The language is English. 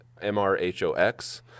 M-R-H-O-X